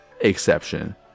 exception